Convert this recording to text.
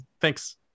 Thanks